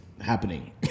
happening